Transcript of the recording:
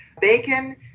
bacon